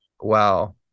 wow